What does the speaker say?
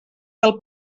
del